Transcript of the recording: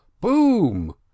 boom